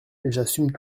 j’assume